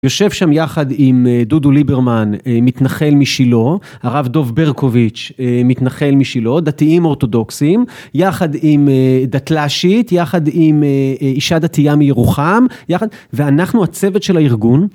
יושב שם יחד עם דודו ליברמן מתנחל משילה, הרב דוב ברקוביץ' מתנחל משילה, דתיים אורתודוקסיים, יחד עם דתל"שית, יחד עם אישה דתייה מירוחם, ואנחנו הצוות של הארגון.